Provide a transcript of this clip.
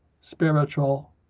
spiritual